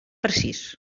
precís